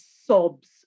sobs